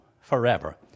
forever